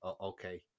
okay